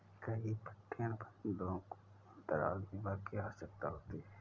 कई पट्टे अनुबंधों को अंतराल बीमा की आवश्यकता होती है